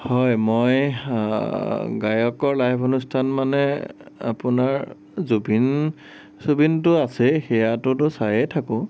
হয় মই গায়কৰ লাইভ অনুস্থান মানে আপোনাৰ জুবিন জুবিনতো আছেই সেয়াটোতো চায়ে থাকো